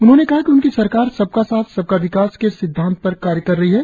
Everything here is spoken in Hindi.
उन्होंने कहा कि उनकी सरकार सबका साथ सबका विकास के सिद्धांत पर कार्य कर रही है